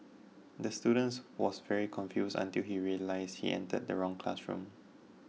the student was very confused until he realised he entered the wrong classroom